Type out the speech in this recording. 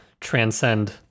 transcend